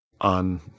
on